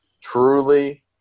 truly